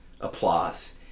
applause